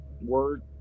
Word